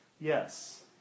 Yes